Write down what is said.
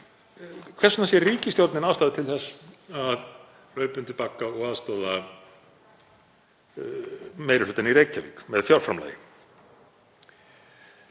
Hvers vegna sér ríkisstjórnin ástæðu til þess að hlaupa undir bagga og aðstoða meiri hlutann í Reykjavík með fjárframlagi?